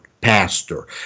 pastor